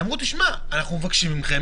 שמעתי אותך